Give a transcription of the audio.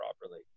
properly